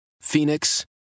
Phoenix